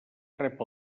rep